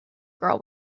girl